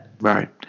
Right